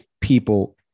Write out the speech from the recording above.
people